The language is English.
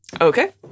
Okay